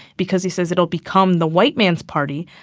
because he says it will become the white man's party.